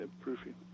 proofing